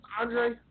Andre